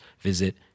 visit